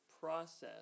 process